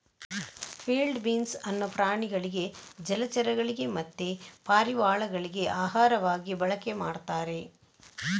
field beans ಅನ್ನು ಪ್ರಾಣಿಗಳಿಗೆ ಜಲಚರಗಳಿಗೆ ಮತ್ತೆ ಪಾರಿವಾಳಗಳಿಗೆ ಆಹಾರವಾಗಿ ಬಳಕೆ ಮಾಡ್ತಾರೆ